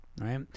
right